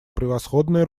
превосходное